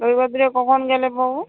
রবিবার দিলে কখন গেলে পাবো